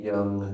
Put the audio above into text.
Young